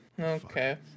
Okay